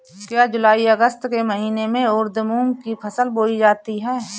क्या जूलाई अगस्त के महीने में उर्द मूंग की फसल बोई जाती है?